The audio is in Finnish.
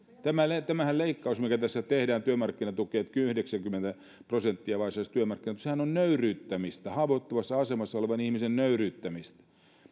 tämä leikkaushan mikä tässä tehdään työmarkkinatukeen että vain yhdeksänkymmentä prosenttia saisi työmarkkinatuesta on nöyryyttämistä haavoittuvassa asemassa olevan ihmisen nöyryyttämistä